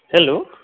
hello